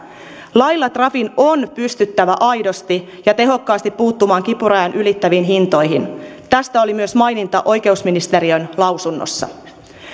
lailla trafin on pystyttävä aidosti ja tehokkaasti puuttumaan kipurajan ylittäviin hintoihin tästä oli myös maininta oikeusministeriön lausunnossa